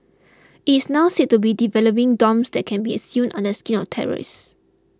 he is now said to be developing bombs that can be a sewn under the skin of terrorists